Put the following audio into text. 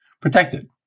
Protected